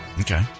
Okay